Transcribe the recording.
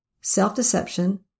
self-deception